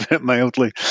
mildly